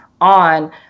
on